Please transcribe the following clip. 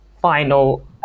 final